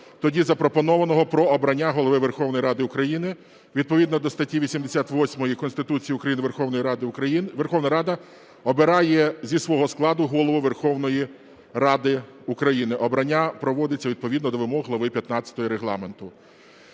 тоді запропонованого – про обрання Голови Верховної Ради України. Відповідно до статті 88 Конституції України Верховна Рада обирає зі свого складу Голову Верховної Ради України. Обрання проводиться відповідно до вимог глави XV Регламенту.